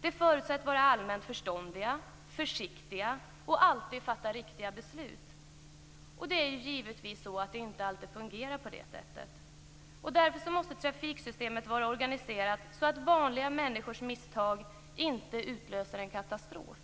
De förutsätts vara allmänt förståndiga, försiktiga och alltid fatta riktiga beslut. Det fungerar givetvis inte alltid på det sättet. Därför måste trafiksystemet vara organiserat så att vanliga människors misstag inte utlöser en katastrof.